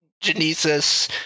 Genesis